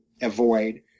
avoid